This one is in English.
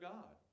God